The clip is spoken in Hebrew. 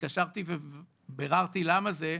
כשהתקשרתי וביררתי למה זה,